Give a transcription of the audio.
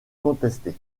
contester